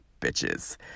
Bitches